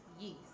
yeast